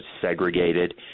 segregated